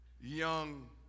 young